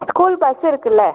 school bus இருக்குதுல